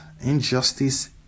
injustice